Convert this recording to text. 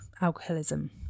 alcoholism